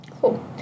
Cool